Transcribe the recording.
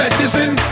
Medicine